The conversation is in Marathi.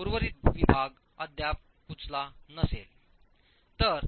उर्वरित विभाग अद्याप कुचला नसेल